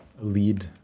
lead